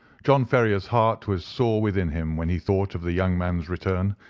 john ferrier's heart was sore within him when he thought of the young man's return,